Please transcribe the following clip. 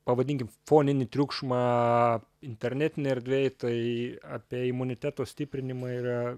pavadinkim foninį triukšmą internetinėj erdvėj tai apie imuniteto stiprinimą yra